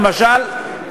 למשל,